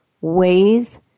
ways